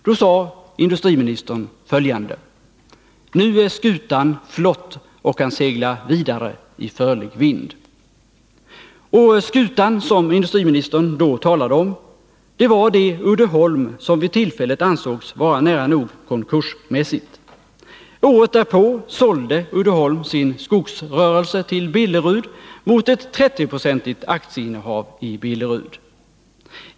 Då sade industriministern följande: ”Nu är skutan flott och kan segla vidare i förlig vind.” Skutan som industriministern då talade om var det Uddeholm som vid tillfället ansågs vara nära nog konkursmässigt. Året därpå sålde Uddeholm sin skogsrörelse till Billerud mot ett 30-procentigt aktieinnehav i Billerud.